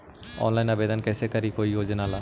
Online आवेदन कैसे करी कोई योजना ला?